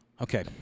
Okay